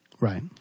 Right